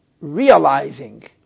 realizing